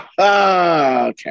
Okay